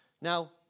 Now